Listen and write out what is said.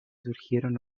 surgieron